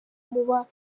muba